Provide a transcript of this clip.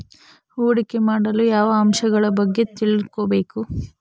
ಹೂಡಿಕೆ ಮಾಡಲು ಯಾವ ಅಂಶಗಳ ಬಗ್ಗೆ ತಿಳ್ಕೊಬೇಕು?